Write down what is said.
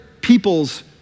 people's